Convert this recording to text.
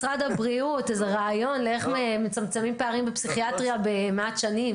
משרד הבריאות איזה רעיון איך מצמצמים פערים בפסיכיאטריה במעט שנים.